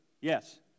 Yes